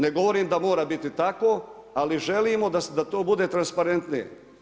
Ne govorim da mora biti tako, ali želimo da to bude transparentnije.